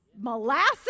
Molasses